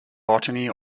botany